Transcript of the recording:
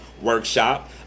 workshop